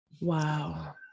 Wow